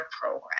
program